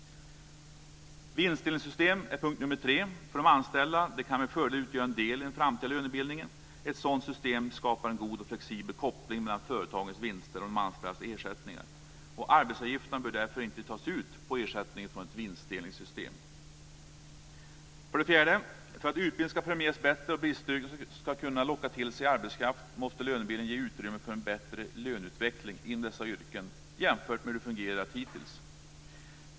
Vinstdelningssystem för de anställda kan med fördel utgöra en del i den framtida lönebildningen. Ett sådant system skapar en god och flexibel koppling mellan företagens vinster och de anställdas ersättningar. Arbetsgivaravgifter bör inte tas ut på ersättning från ett vinstdelningssystem. 4. För att utbildning ska premieras bättre och bristyrken ska kunna locka till sig arbetskraft måste lönebildningen ge utrymme för en bättre löneutveckling inom dessa yrken jämfört med hur det fungerat hitintills.